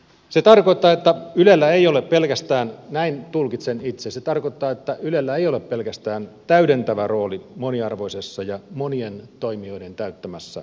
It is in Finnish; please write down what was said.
se tarkoittaa että ylellä ei ole pelkästään näin tulkitsen itse että ylellä ei ole pelkästään täydentävä rooli moniarvoisessa ja monien toimijoiden täyttämässä mediakentässä